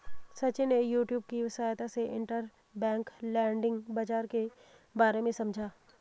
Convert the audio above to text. सचिन ने यूट्यूब की सहायता से इंटरबैंक लैंडिंग बाजार के बारे में समझा